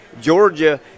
Georgia